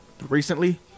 recently